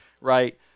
right